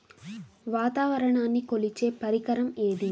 వాతావరణాన్ని కొలిచే పరికరం ఏది?